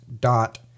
dot